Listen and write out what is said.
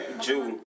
June